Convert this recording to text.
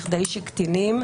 כדי שקטינים,